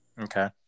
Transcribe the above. Okay